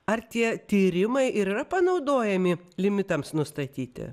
ar tie tyrimai yra panaudojami limitams nustatyti